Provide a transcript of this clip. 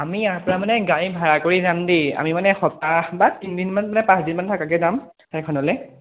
আমি ইয়াৰপৰা মানে গাড়ী ভাড়া কৰি যামগৈ আমি মানে সপ্তাহ বা তিনিদিন বা পাঁচ দিনমান থকাকৈ যাম ঠাইখনলৈ